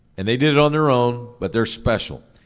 and they did it on their own, but they're special.